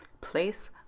place